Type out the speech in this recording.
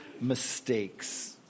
mistakes